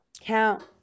count